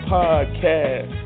Podcast